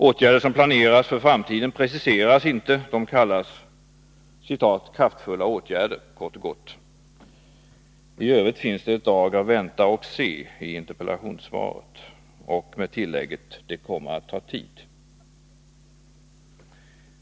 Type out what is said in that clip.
Åtgärder som planerats för framtiden preciseras inte; de kallas kort och gott ”kraftfulla insatser”. I övrigt finns det ett drag av ”vänta och se” i interpellationssvaret — med tillägget att det kommer att ta tid.